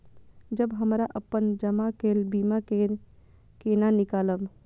जब हमरा अपन जमा केल बीमा के केना निकालब?